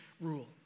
rule